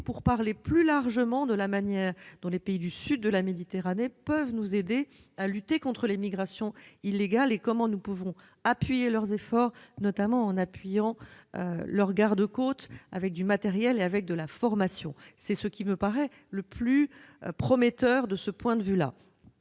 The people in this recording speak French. pour évoquer plus largement la manière dont les pays du sud de la Méditerranée peuvent nous aider à lutter contre les migrations illégales et comment nous pouvons soutenir leurs efforts, notamment en appuyant leurs gardes-côtes avec du matériel et de la formation. C'est ce qui me paraît le plus prometteur de ce point de vue.